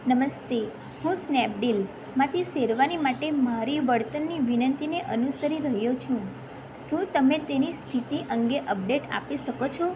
નમસ્તે હું સ્નેપડીલમાંથી શેરવાની માટે મારી વળતરની વિનંતીને અનુસરી રહ્યો છું શું તમે તેની સ્થિતિ અંગે અપડેટ આપી શકો છો